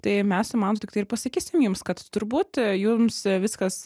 tai mes su mantu tiktai ir pasakysim jums kad turbūt jums viskas